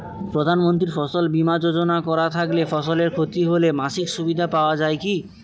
প্রধানমন্ত্রী ফসল বীমা যোজনা করা থাকলে ফসলের ক্ষতি হলে মাসিক সুবিধা পাওয়া য়ায় কি?